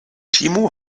timo